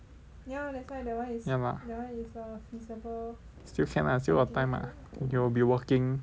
ya lah still can lah sill got time ah you'll be working